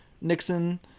Nixon